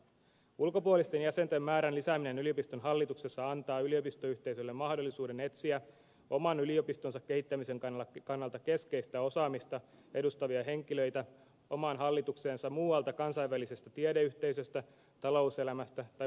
ulkopuolisten jäsenten määrän lisääminen yliopiston hallituksessa antaa yliopistoyhteisölle mahdollisuuden etsiä oman yliopistonsa kehittämisen kannalta keskeistä osaamista edustavia henkilöitä omaan hallitukseensa muualta kansainvälisestä tiedeyhteisöstä talouselämästä tai muusta yhteiskunnasta